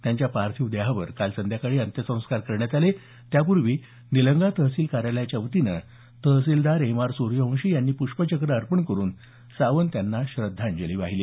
त्यांच्या पार्थिव देहावर काल संध्याकाळी अंत्यसंस्कार करण्यात आले त्यापूर्वी निलंगा तहसील कार्यालयाच्या वतीने तहसीलदार एम आर सूर्यवंशी यांनी प्ष्पचक्र अर्पण करून सावंत यांना श्रद्धांजली वाहिली